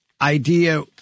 idea